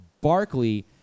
Barkley